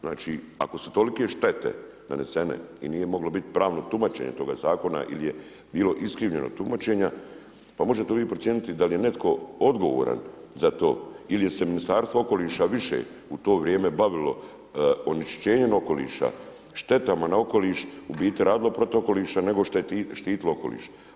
Znači ako su tolike štete nanesene i nije moglo biti pravno tumačenje toga zakona ili je bilo iskrivljenog tumačenja pa možete li vi procijeniti da li je netko odgovoran za to ili se Ministarstvo okoliša više u to vrijeme bavilo onečišćenjem okoliša, štetama na okoliš u biti radilo protiv okoliša nego što je štitilo okoliš.